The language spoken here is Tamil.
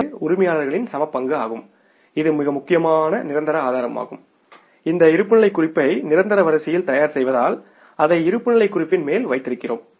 உள் ஆதாரமானது உரிமையாளரின் சமபங்கு ஆகும் இது மிக முக்கியமான நிரந்தர ஆதாரமாகும் இந்த இருப்புநிலைக் குறிப்பை நிரந்தர வரிசையில் தயார் செய்வதால் அதை இருப்புநிலைக் குறிப்பின் மேல் வைத்திருக்கிறோம்